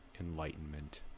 enlightenment